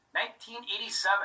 1987